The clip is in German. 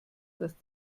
dass